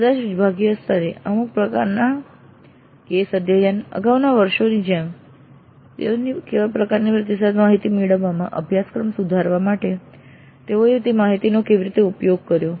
કદાચ વિભાગીય સ્તરે અમુક પ્રકારના કેસ અધ્યયન અગાઉના વર્ષોની જેમ તેઓને કેવા પ્રકારની પ્રતિસાદ માહિતી મળી અને અભ્યાસક્રમની ડિલિવરી સુધારવા માટે તેઓએ તે માહિતીનો કેવી રીતે ઉપયોગ કર્યો